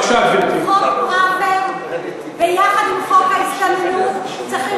חוק פראוור יחד עם חוק ההסתננות צריכים